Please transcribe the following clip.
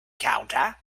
counter